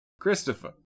Christopher